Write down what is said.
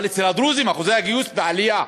אבל אצל הדרוזים אחוזי הגיוס בעלייה.